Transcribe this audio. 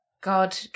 god